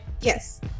Yes